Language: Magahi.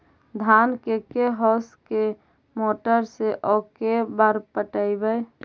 धान के के होंस के मोटर से औ के बार पटइबै?